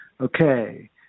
okay